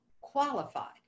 qualified